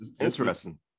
Interesting